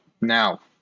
Now